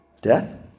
death